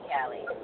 Cali